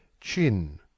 chin